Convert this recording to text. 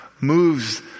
moves